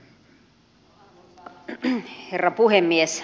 arvoisa herra puhemies